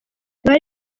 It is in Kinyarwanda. bari